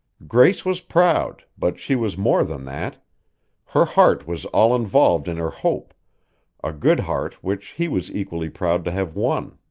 grace was proud, but she was more than that her heart was all involved in her hope a good heart which he was equally proud to have won.